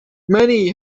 many